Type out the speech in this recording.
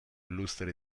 illustri